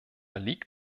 liegt